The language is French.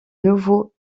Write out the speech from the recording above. nouveaux